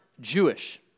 Jewish